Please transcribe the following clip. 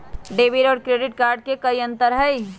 Debit और credit card में कई अंतर हई?